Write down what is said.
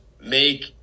make